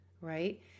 right